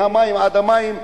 מהמים עד המים,